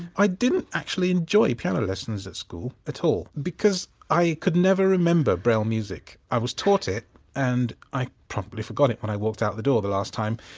i didn't actually enjoy piano lessons at school at all because i could never remember braille music. i was taught it and i promptly forgot it, when i walked out the door the last time.